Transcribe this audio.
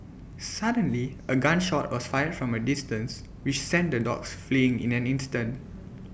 suddenly A gun shot was fired from A distance which sent the dogs fleeing in an instant